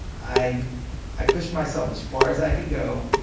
i i pushed myself as far as i could go,